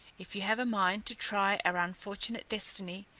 if you have a mind to try our unfortunate destiny,